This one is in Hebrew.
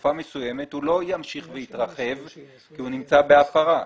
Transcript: לתקופה מסוימת הוא לא ימשיך ויתרחב כי הוא נמצא בהפרה.